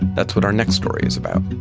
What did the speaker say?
that's what our next story is about